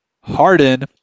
Harden